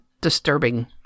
disturbing